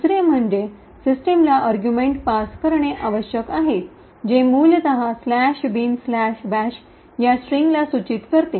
दुसरे म्हणजे सिस्टमला अर्गुमेन्ट पास करणे आवश्यक आहे जे मूलत " bin bash" च्या स्ट्रिंगला सूचित करते